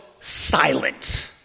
silent